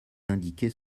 indiquer